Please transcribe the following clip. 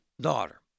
daughter